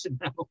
now